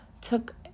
took